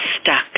stuck